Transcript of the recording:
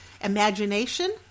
Imagination